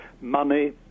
money